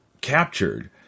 captured